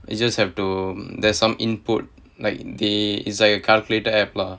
you just have to there's some input like they it's like a calculator application lah